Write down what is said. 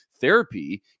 therapy